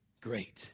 Great